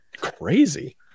crazy